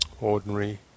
Ordinary